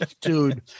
Dude